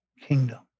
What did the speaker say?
kingdom